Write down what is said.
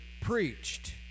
preached